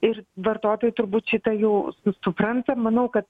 ir vartotojai turbūt šitą jau su supranta manau kad